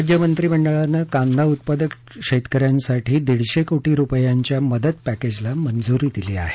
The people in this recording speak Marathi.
राज्य मंत्रिमंडळानं कांदा उत्पादक शेतकऱ्यांसाठी दीडशे कोटी रुपयांच्या मदत पॅकेजला मंजुरी दिली आहे